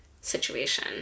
situation